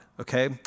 okay